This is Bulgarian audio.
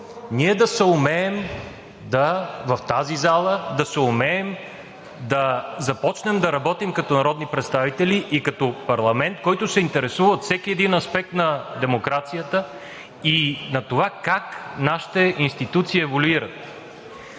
да съумеем да започнем да работим като народни представители и като парламент, който се интересува от всеки един аспект на демокрацията и на това как нашите институции еволюират,